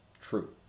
True